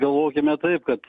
ir galvokime taip kad